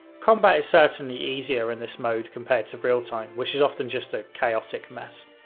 combat is certainly easier in this mode compared to real-time, which is often just a chaotic mess.